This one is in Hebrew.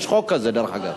יש חוק כזה, דרך אגב.